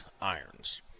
irons